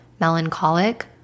melancholic